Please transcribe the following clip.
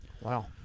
Wow